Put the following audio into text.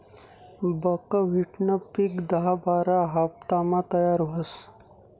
बकव्हिटनं पिक दहा बारा हाफतामा तयार व्हस